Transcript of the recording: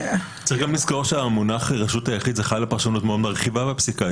צריך גם לזכור שהמונח "רשות היחיד" זכה לפרשנות מאוד מרחיבה בפסיקה.